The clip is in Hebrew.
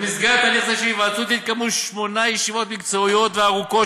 במסגרת הליך זה של היוועצות התקיימו שמונה ישיבות מקצועיות וארוכות